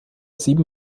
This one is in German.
sieben